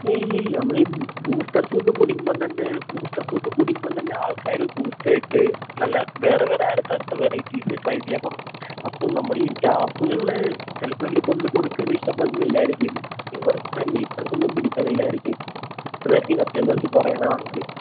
ഏയ് ഇല്ല ഇല്ല നമ്മൾ ഈ ബൂസ്റ്റർ സൂപ്പ് കുടിക്കുമ്പം തന്നെ ബൂസ്റ്റർ സൂപ്പ് കുടിക്കുമ്പം തന്നെ ആൾക്കാർ ബൂസ്റ്റായിട്ട് നല്ല വേറെ വേറെ അടുത്തടുത്ത വെറൈറ്റീസ് ട്രൈ ചെയ്യാൻ തുടങ്ങും അപ്പം നമ്മൾ ഈ സ്റ്റാഫ്കളിൽ ചിലപ്പം ഇവർ കൊണ്ട് കൊടുക്കുന്നത് ഇഷ്ട്ടപ്പെടുന്നില്ലായിരിക്കും ഇവർക്കടെ നീറ്റ്നെസ്സൊന്നും പിടിക്കണില്ലായിരിക്കും അതായിരിക്കും കസ്റ്റമേഴ്സ് കുറയണത് അവർക്ക്